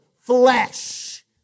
flesh